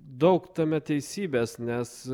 daug tame teisybės nes